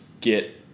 get